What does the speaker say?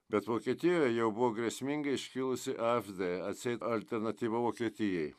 bet vokietijoje jau buvo grėsmingai iškilusi šd alternatyva vokietijai